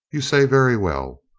you say very well.